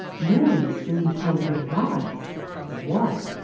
mary soon told her to rise and walk.